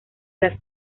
las